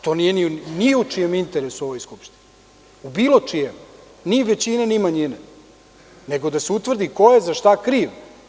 To nije ni u čijem interesu u ovoj Skupštini, ni većine, ni manjine, nego da se utvrdi ko je za šta kriv.